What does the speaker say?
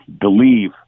believe